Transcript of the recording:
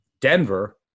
Denver